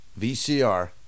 vcr